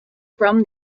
from